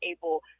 able